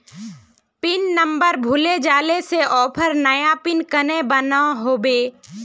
Pin number भूले जाले से ऑफर नया पिन कन्हे बनो होबे?